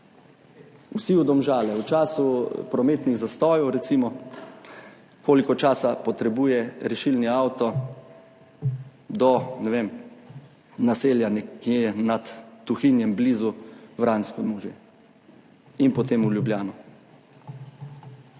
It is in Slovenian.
vsi v Domžale. V času prometnih zastojev, recimo, koliko časa potrebuje rešilni avto do naselja nekje nad Tuhinjem, blizu Vranskemu že, in potem v Ljubljano?